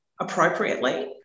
appropriately